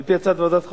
על-פי הצעת ועדת חוקה,